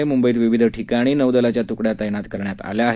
म्ंबईत विविध ठिकणी नौदलाच्या त्कड्या तैनात करण्यात आल्या आहेत